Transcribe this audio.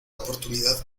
oportunidad